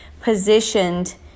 positioned